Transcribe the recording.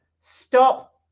Stop